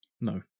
No